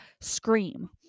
scream